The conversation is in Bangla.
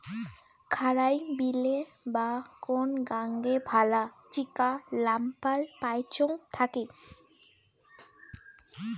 খারাই বিলে বা কোন গাঙে ভালা চিকা নাম্পার পাইচুঙ থাকি